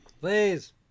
Please